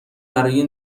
برای